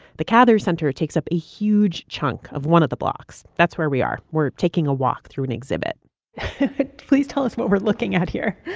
the cather's center takes up a huge chunk of one of the blocks. that's where we are. we're taking a walk through an exhibit please tell us what we're looking at here.